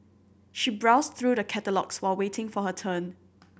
she browsed through the catalogues while waiting for her turn